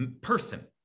person